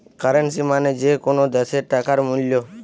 currency মানে যে কোনো দ্যাশের টাকার মূল্য